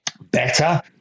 better